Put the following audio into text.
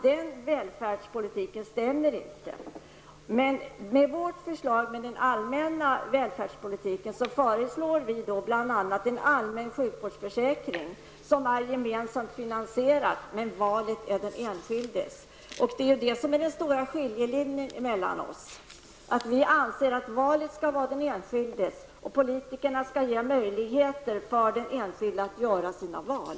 Men i moderata samlingspartiets förslag till den allmänna välfärdspolitiken föreslår vi bl.a. allmän sjukvårdsförsäkring som är gemensamt finansierad men där valet är den enskildes. Det är här som den stora skiljelinjen går mellan oss. Vi anser att den enskilde skall göra valet, och politikerna skall ge möjligheter för den enskilde att göra sina val.